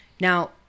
Now